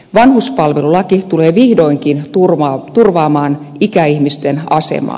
vanhuspalvelulaki tulee vihdoinkin turvaamaan ikäihmisten asemaa